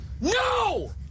No